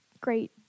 great